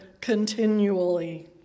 continually